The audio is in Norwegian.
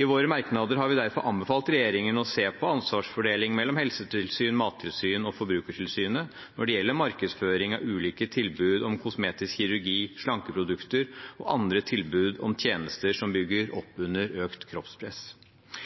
I våre merknader har vi derfor anbefalt regjeringen å se på ansvarsfordelingen mellom Helsetilsynet, Mattilsynet og Forbrukertilsynet når det gjelder markedsføring av ulike tilbud om kosmetisk kirurgi, slankeprodukter og andre tilbud om tjenester som bygger opp under økt kroppspress.